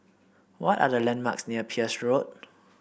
what are the landmarks near Peirce Road